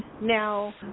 Now